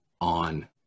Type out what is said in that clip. on